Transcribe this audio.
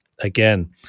again